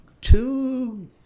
two